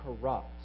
corrupt